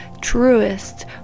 truest